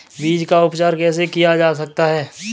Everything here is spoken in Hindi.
बीज का उपचार कैसे किया जा सकता है?